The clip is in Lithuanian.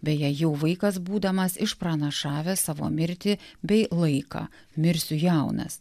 beje jų vaikas būdamas išpranašavęs savo mirtį bei laiką mirsiu jaunas